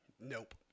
Nope